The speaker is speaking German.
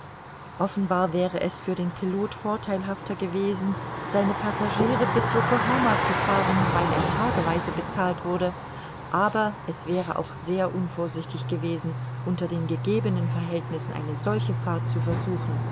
offenbar wäre es für den pilot vortheilhafter gewesen seine passagiere bis yokohama zu fahren weil er tageweise bezahlt wurde aber es wäre auch sehr unvorsichtig gewesen unter den gegebenen verhältnissen eine solche fahrt zu versuchen